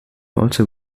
also